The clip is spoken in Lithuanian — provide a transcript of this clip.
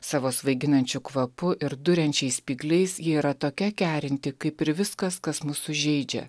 savo svaiginančiu kvapu ir duriančiais spygliais ji yra tokia kerinti kaip ir viskas kas mus sužeidžia